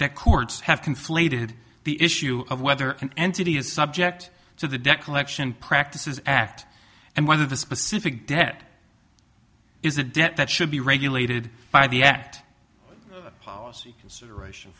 that courts have conflated the issue of whether an entity is subject to the debt collection practices act and whether the specific debt is a debt that should be regulated by the act policy consideration